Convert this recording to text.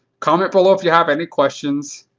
comment below if you have any questions,